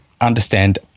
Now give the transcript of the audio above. understand